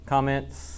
comments